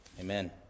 Amen